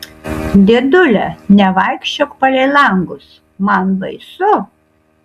dėdule nevaikščiok palei langus man baisu